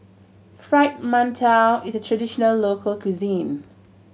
Fried Mantou is a traditional local cuisine